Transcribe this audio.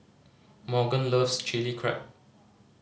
Morgan loves Chili Crab